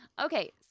Okay